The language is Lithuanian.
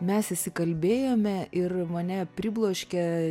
mes įsikalbėjome ir mane pribloškė